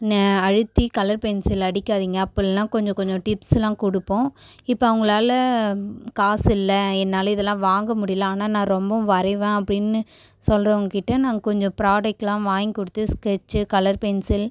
நெ அழுத்தி colour pencil அடிக்காதீங்க அப்புடில்லாம் கொஞ்சம் கொஞ்சம் டிப்ஸெல்லாம் கொடுப்போம் இப்போ அவங்களால் காசுல்லை என்னால் இதெல்லாம் வாங்க முடியல ஆனால் நான் ரொம்பவும் வரைவேன் அப்படின்னு சொல்றவங்ககிட்ட நாங்கள் கொஞ்சம் ப்ராடக்ட்லாம் வாங்கி கொடுத்து ஸ்கெட்ச் கலர் பென்சில்